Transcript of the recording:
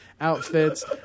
outfits